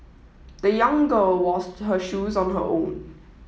the young girl washed her shoes on her own